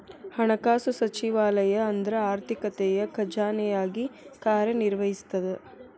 ಹಣಕಾಸು ಸಚಿವಾಲಯ ಅಂದ್ರ ಆರ್ಥಿಕತೆಯ ಖಜಾನೆಯಾಗಿ ಕಾರ್ಯ ನಿರ್ವಹಿಸ್ತದ